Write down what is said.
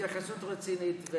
התייחסות רצינית.